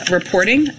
reporting